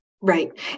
Right